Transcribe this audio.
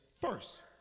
first